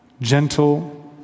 gentle